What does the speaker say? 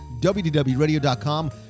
www.radio.com